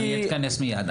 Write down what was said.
אני אתכנס לסיכום.